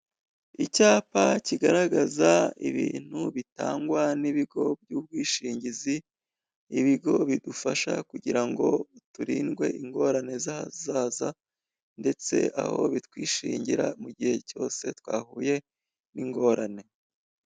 Icyapa kigaragaza ibintu bitangwa n'ibigo by'ubwishingizi, ibigo bidufasha kugira ngo turindwe ingorane z'ahazaza. Ndetse aho bitwishingira mu gihe cyose twahuye n'ingorane.